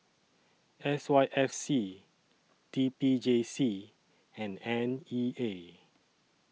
S Y F C T P J C and N E A